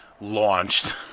launched